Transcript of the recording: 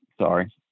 sorry